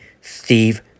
Steve